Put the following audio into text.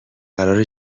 قراره